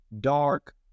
dark